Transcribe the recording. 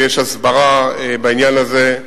ויש הסברה בעניין הזה,